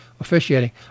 officiating